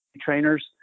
trainers